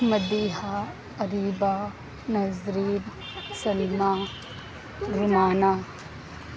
Madiha Areeba Nazreen Salma Rumana